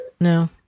No